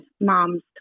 moms